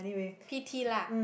P_T lah